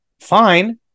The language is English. fine